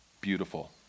beautiful